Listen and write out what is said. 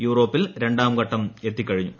യൂറോപ്പിൽ രണ്ട്ടാംഘട്ടം എത്തിക്കഴിഞ്ഞു